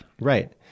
right